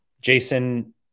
jason